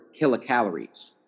kilocalories